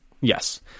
Yes